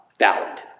valid